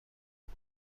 بود